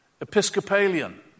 Episcopalian